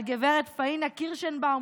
על גב' פאינה קירשנבאום,